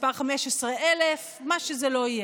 מספר 15,000, מה שזה לא יהיה.